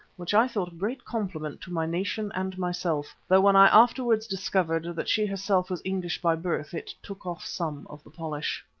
which i thought a great compliment to my nation and myself, though when i afterwards discovered that she herself was english by birth, it took off some of the polish.